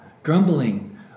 grumbling